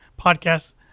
podcasts